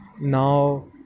now